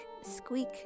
squeak